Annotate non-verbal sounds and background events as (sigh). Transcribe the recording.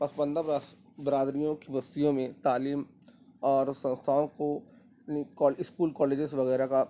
پسماندہ برا برادریوں کی بستیوں میں تعلیم اور سنستھاؤں کو (unintelligible) اسکول کالجز وغیرہ کا